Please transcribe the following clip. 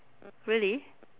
really